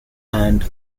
and